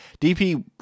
DP